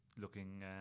looking